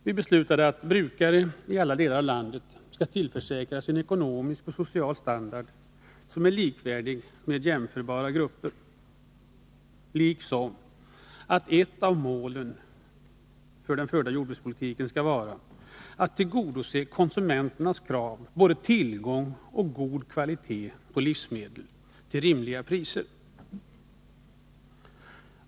Vi beslutade också att brukare i alla delar av landet skulle tillförsäkras en ekonomisk och social standard som är likvärdig med jämförbara gruppers, liksom att ett av målen för den förda jordbrukspolitiken skulle vara att tillgodose konsumenternas krav på tillgång på livsmedel av god kvalitet till rimliga priser.